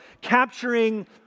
capturing